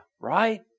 Right